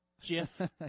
jiff